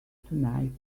tonight